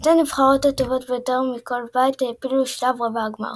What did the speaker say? שתי הנבחרות הטובות ביותר מכל בית העפילו לשלב רבע הגמר.